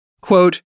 Quote